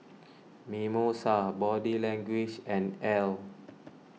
Mimosa Body Language and Elle